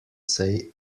say